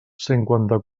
cinquanta